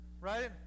Right